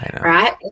right